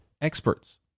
experts